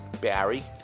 Barry